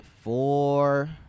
four